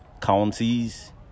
counties